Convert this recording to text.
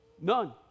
none